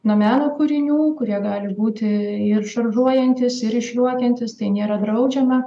nuo meno kūrinių kurie gali būti ir šaržuojantys ir išjuokiantys tai nėra draudžiama